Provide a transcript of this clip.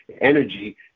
energy